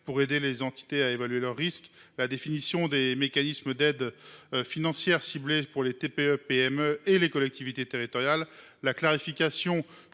pour aider les entités à évaluer leurs risques ; la définition des mécanismes d’aide financière ciblés pour les PME TPE et les collectivités territoriales ; la clarification